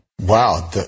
Wow